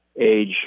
age